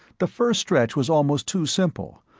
the first stretch was almost too simple,